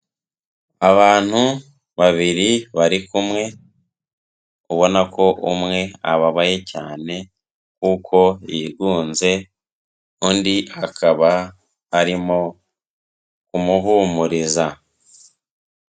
Abantu babiri bari kumwe, ubona ko umwe ababaye cyane kuko yigunze, undi akaba arimo kumuhumuriza.